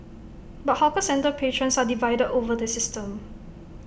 but hawker centre patrons are divided over the system